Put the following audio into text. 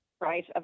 Right